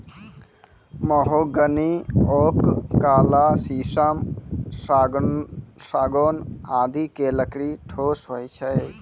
mahogany, oak, काला शीशम, सागौन आदि के लकड़ी ठोस होय छै